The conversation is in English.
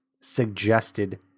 suggested